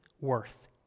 worth